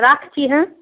রাখছি হ্যাঁ